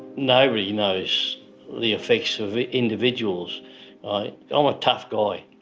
nobody knows the effects of individuals um ah tough guy,